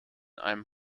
einem